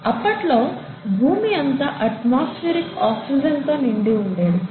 అప్పట్లో భూమి అంతా అట్మాస్ఫెరిక్ ఆక్సిజన్ తో నిండి ఉండేది